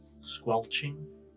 squelching